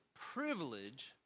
privilege